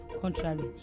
contrary